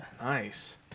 Nice